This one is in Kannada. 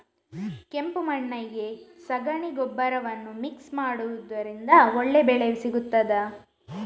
ಕೆಂಪು ಮಣ್ಣಿಗೆ ಸಗಣಿ ಗೊಬ್ಬರವನ್ನು ಮಿಕ್ಸ್ ಮಾಡುವುದರಿಂದ ಒಳ್ಳೆ ಬೆಳೆ ಸಿಗುತ್ತದಾ?